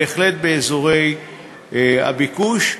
בהחלט באזורי הביקוש.